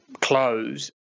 close